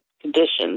conditions